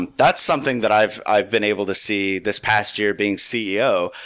and that's something that i've i've been able to see this past year being ceo.